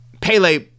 Pele